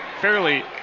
fairly